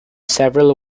several